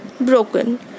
broken